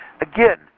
Again